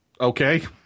Okay